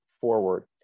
forward